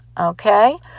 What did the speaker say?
Okay